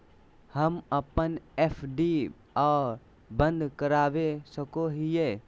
हम अप्पन एफ.डी आ बंद करवा सको हियै